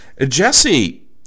Jesse